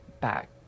back